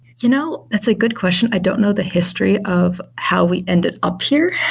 you know, that's a good question. i don't know the history of how we ended up here.